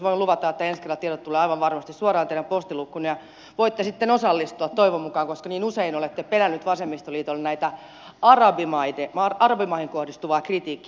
voin luvata että ensi kerralla tieto tulee aivan varmasti suoraan teidän postiluukkuunne ja voitte sitten osallistua toivon mukaan koska niin usein olette perännyt vasemmistoliitolta arabimaihin kohdistuvaa kritiikkiä